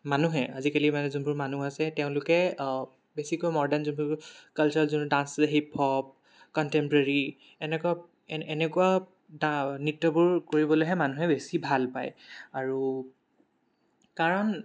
মানুহে আজিকালি মানে যোনবোৰ মানুহ আছে তেওঁলোকে বেছিকৈ মডাৰ্ণ যোনবোৰ কালচাৰ যোনবোৰ দান্স আছে হিপ হ'প কণ্টেমপ'ৰেৰী এনেকুৱা এনেকুৱা দা নৃত্যবোৰ কৰিবলৈহে মানুহে বেছি ভাল পাই আৰু কাৰণ